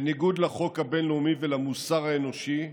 בניגוד לחוק הבין-לאומי ולמוסר האנושי,